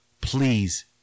please